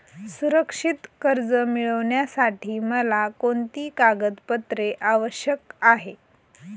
सुरक्षित कर्ज मिळविण्यासाठी मला कोणती कागदपत्रे आवश्यक आहेत